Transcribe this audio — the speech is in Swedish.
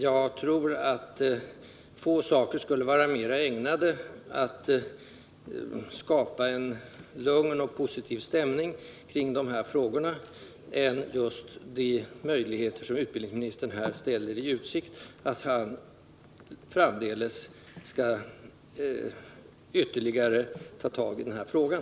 Jag tror att få saker skulle vara mer ägnade att skapa en lugn och positiv stämning kring de här frågorna än just möjligheten som utbildningsministern här ställde i utsikt: att han framdeles skall ytterligare ta tag i frågan.